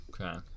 Okay